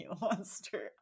monster